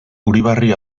uribarri